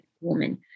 woman